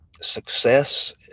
success